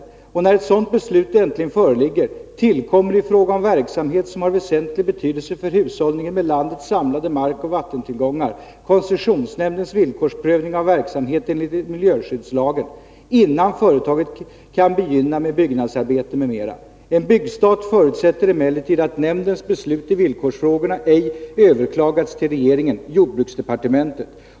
Och när ett sådant beslut äntligen föreligger, tillkommer i fråga om verksamhet som har väsentlig betydelse för hushållningen med landets samlade markoch vattentillgångar koncessionsnämndens villkorsprövning av verksamheten enligt miljöskyddslagen, innan företaget kan begynna med byggnadsarbeten m.m. En byggstart förutsätter emellertid att nämndens beslut i villkorsfrågorna ej överklagats till regeringen .